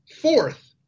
Fourth